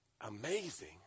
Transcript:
Amazing